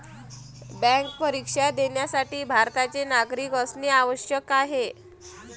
bank परीक्षा देण्यासाठी भारताचे नागरिक असणे आवश्यक आहे